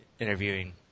Interviewing